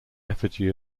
effigy